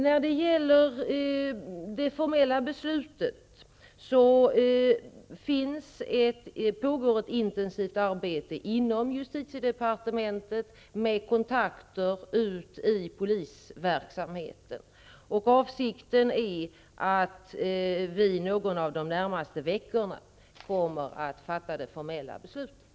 Vad gäller det formella beslutet pågår nu inom justitiedepartementet ett intensivt arbete med kontakter ut i polisverksamheten. Avsikten är att vi någon av de närmaste veckorna skall fatta det formella beslutet.